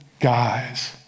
guys